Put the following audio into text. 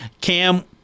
Cam